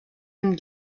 dem